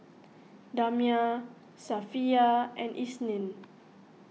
Damia Safiya and Isnin